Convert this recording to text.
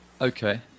Okay